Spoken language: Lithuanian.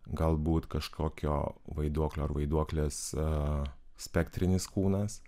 galbūt kažkokio vaiduoklio ar vaiduoklės spektrinis kūnas